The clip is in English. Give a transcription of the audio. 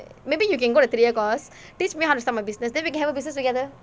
maybe you can go to three year course teach me how to start my business then we have a business together